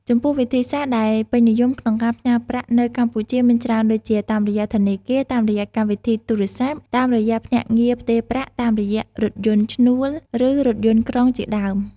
ចំពោះ វិធីសាស្រ្តដែលពេញនិយមក្នុងការផ្ញើប្រាក់នៅកម្ពុជាមានច្រើនដូចជា តាមរយៈធនាគារ តាមរយៈកម្មវិធីទូរស័ព្ទ តាមរយៈភ្នាក់ងារផ្ទេរប្រាក់ តាមរយៈរថយន្តឈ្នួល ឬរថយន្តក្រុងជាដើម។